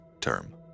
term